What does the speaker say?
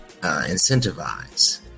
incentivize